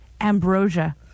ambrosia